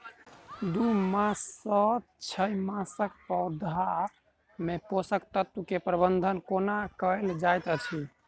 दू मास सँ छै मासक पौधा मे पोसक तत्त्व केँ प्रबंधन कोना कएल जाइत अछि?